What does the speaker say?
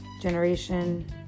generation